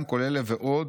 גם כל אלה ועוד